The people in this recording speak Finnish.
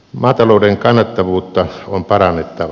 maatalouden kannattavuutta on parannettava